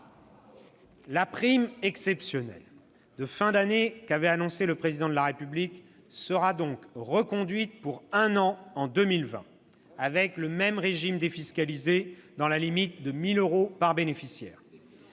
La prime exceptionnelle de fin d'année qu'avait annoncée le Président de la République sera reconduite pour un an en 2020, ... Très bien !... avec le même régime défiscalisé dans la limite de 1 000 euros par bénéficiaire.